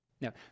Now